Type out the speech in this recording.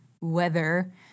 weather